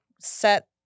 set